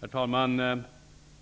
Herr talman!